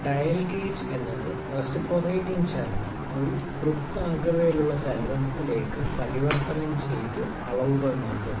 dial gauge എന്നത് reciprocating ചലനം ഒരു വൃത്താകൃതിയിലുള്ള ചലനത്തിലേക്ക് പരിവർത്തനം ചെയ്ത് അളവുകൾ നൽകുന്നു